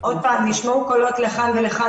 עוד פעם, נשמעו קולות לכאן ולכאן